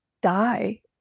die